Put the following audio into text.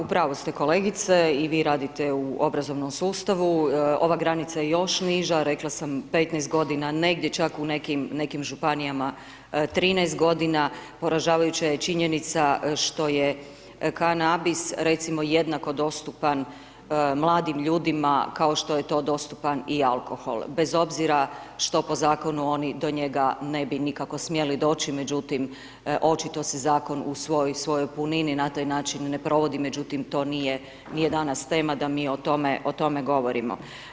U pravu ste kolegice, i vi radite u obrazovnom sustavu, ova granica je još niža, rekla sam 15 g., negdje čak u nekim županijama 13 g., poražavajuća je činjenica što je kanabis recimo jednako dostupan mladim ljudima kao što je to dostupan i alkohol bez obzira što po zakonu oni do njega ne bi nikako smjeli doći međutim očito se zakon u svojoj punini na taj način ne provodi, međutim to nije danas tema da mi o tome govorimo.